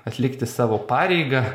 atlikti savo pareigą